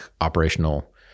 operational